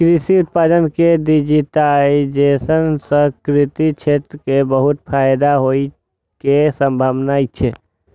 कृषि उत्पाद के डिजिटाइजेशन सं कृषि क्षेत्र कें बहुत फायदा होइ के संभावना छै